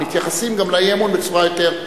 מתייחסים גם לאי-אמון בצורה יותר,